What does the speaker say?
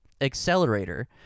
Accelerator